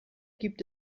gibt